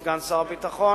סגן שר הביטחון.